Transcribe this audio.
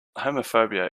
homophobia